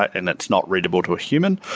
and it's not readable to a human.